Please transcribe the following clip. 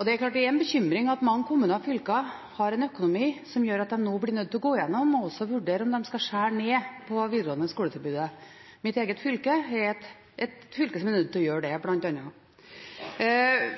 Det er klart at det er en bekymring at mange kommuner og fylker har en økonomi som gjør at de nå blir nødt til å gå gjennom og også vurdere om de skal skjære ned på det videregående skoletilbudet. Mitt eget fylke er et fylke som er nødt til å gjøre det, bl.a.